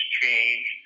change